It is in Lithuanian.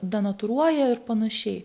denatūruoja ir panašiai